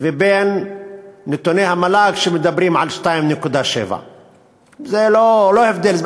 ובין נתוני המל"ג שמדברים על 2.7. זה לא הבדל,